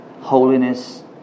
holiness